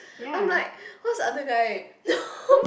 I'm like what's the other guy no